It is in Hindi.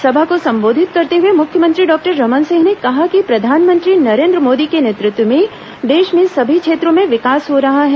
सभा को संबोधित करते हुए मुख्यमंत्री डॉक्टर रमन सिंह ने कहा कि प्रधानमंत्री नरेन्द्र मोदी के नेतृत्व में देश में सभी क्षेत्रों में विकास हो रहा है